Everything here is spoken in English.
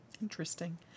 Interesting